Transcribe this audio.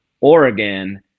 Oregon